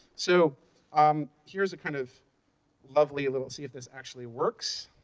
so um here's a kind of lovely little see if this actually works.